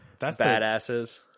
badasses